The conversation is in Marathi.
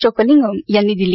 चोक्कलिंगम यांनी दिली